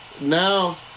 now